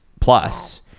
plus